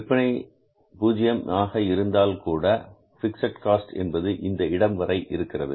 விற்பனை 0 இருந்தாலும்கூட fixed cost என்பது இந்த இடம் வரை இருக்கிறது